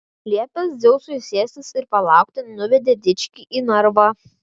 liepęs dzeusui sėstis ir palaukti nuvedė dičkį į narvą